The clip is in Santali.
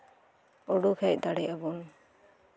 ᱩᱰᱩᱠ ᱦᱮᱡ ᱫᱟᱲᱮᱭᱟᱜᱼᱟ ᱵᱚᱱ